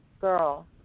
girl